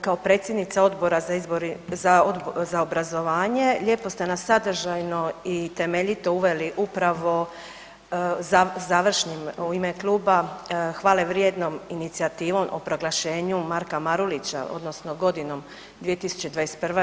Kao predsjednica Odbora za obrazovanje lijepo ste nas sadržajno i temeljito uveli upravo završnim u ime kluba hvale vrijednom inicijativom o proglašenju Marka Marulića odnosno godinom 2021.